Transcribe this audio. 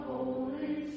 Holy